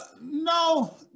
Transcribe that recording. No